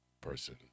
person